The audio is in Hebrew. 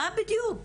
מה בדיוק?